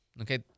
okay